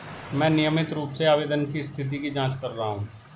मैं नियमित रूप से आवेदन की स्थिति की जाँच कर रहा हूँ